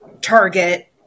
target